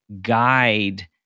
guide